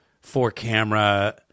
four-camera